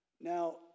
Now